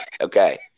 Okay